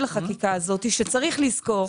ראש,